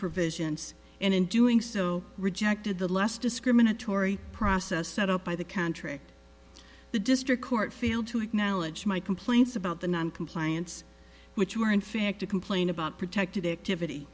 provisions and in doing so rejected the less discriminatory process set up by the contract the district court failed to acknowledge my complaints about the noncompliance which were in fact a complain about protected activity